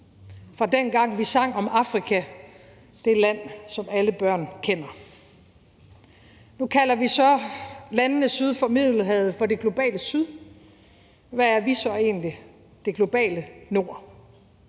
fra dengang vi sang om Afrika, »det land som alle børn kender«. Nu kalder vi så landene syd for Middelhavet for det globale syd. Hvad er vi så egentlig? Det globale nord?